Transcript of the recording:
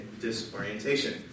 disorientation